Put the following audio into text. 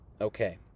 okay